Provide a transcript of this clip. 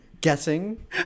Guessing